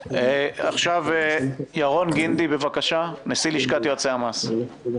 עכשיו, ירון גינדי, נשיא לשכת יועצי המס, בבקשה.